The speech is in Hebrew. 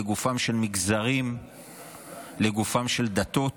לגופם של מגזרים ולגופן של דתות.